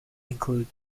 include